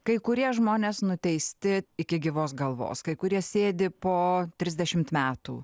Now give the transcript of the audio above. kai kurie žmonės nuteisti iki gyvos galvos kai kurie sėdi po trisdešimt metų